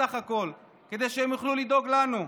בסך הכול כדי שהם יוכלו לדאוג לנו.